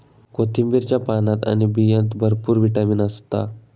कोथिंबीरीच्या पानात आणि बियांत भरपूर विटामीन असता